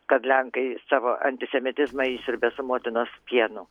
kad lenkai savo antisemitizmą įsiurbia su motinos pienu